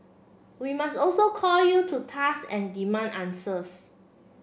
we must also call you to task and demand answers